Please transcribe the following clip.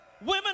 Women